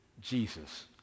Jesus